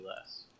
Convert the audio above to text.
less